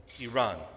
Iran